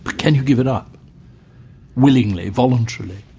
but can you give it up willingly, voluntarily?